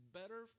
better